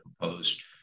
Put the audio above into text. proposed